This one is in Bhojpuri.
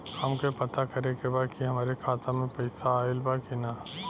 हमके पता करे के बा कि हमरे खाता में पैसा ऑइल बा कि ना?